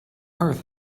earth